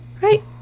Right